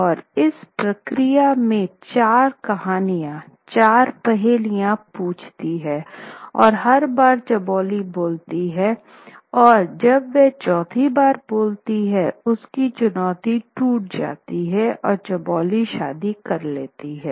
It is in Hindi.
और इस प्रक्रिया में चार कहानियाँ चार पहेलियों पूछती है और हर बार चौबोली बोलती है और जब वह चौथी बार बोलती है उसकी चुनौती टूट जाती है और चौबोली शादी कर लेती है